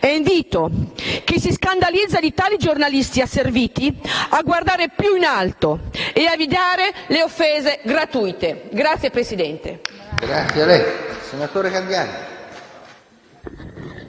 Invito chi si scandalizza di tali giornalisti asserviti a guardare più in alto e ad evitare le offese gratuite. *(Applausi della